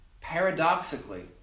Paradoxically